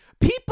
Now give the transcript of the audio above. People